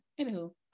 anywho